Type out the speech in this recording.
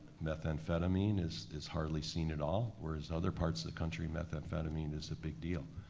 methamphetamine is is hardly seen at all, whereas other parts of the country, methamphetamine is a big deal.